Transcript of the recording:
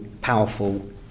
powerful